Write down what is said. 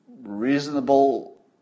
reasonable